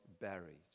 buried